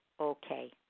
okay